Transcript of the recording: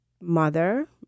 mother